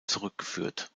zurückgeführt